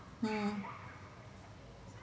mm